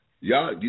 Y'all